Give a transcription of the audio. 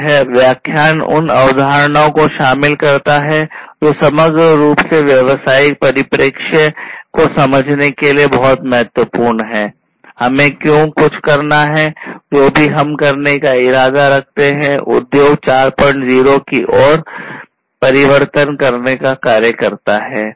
यह व्याख्यान उन अवधारणाओं को शामिल करता है जो समग्र रूप से व्यावसायिक परिप्रेक्ष्य को समझने के लिए बहुत महत्वपूर्ण हैं हमें क्यों कुछ करना है जो भी हम करने का इरादा रखते हैं उद्योग 40 की ओर परिवर्तन करने का कार्य करता है